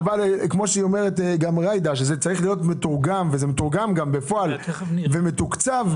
זה מתורגם ומתוקצב,